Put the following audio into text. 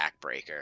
backbreaker